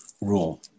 rule